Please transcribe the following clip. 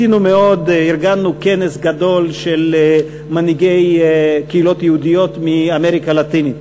ארגנו כנס גדול של מנהיגי קהילות יהודיות מאמריקה הלטינית.